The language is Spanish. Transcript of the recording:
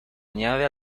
añade